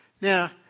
Now